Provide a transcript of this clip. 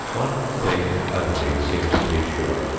one thing only seems to be sure.